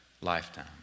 lifetime